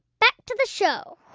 back to the show